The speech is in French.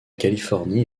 californie